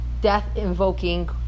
death-invoking